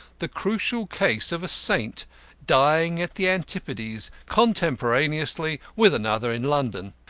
the crucial case of a saint dying at the antipodes contemporaneously with another in london.